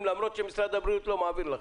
למרות שמשרד הבריאות לא מעביר לכם.